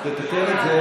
תתקן את זה,